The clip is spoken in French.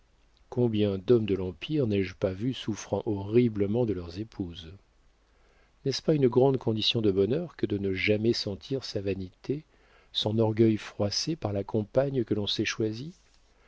combien d'hommes de l'empire n'ai-je pas vus souffrant horriblement de leurs épouses n'est-ce pas une grande condition de bonheur que de ne jamais sentir sa vanité son orgueil froissé par la compagne que l'on s'est choisie